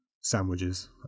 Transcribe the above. Sandwiches